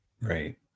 Right